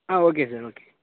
ah okay sir okay